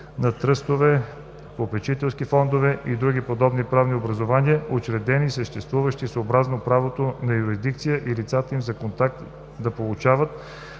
на тръстове, попечителски фондове и други подобни правни образувания, учредени и съществуващи съобразно правото на юрисдикциите, и лицата им за контакт да получават,